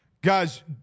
guys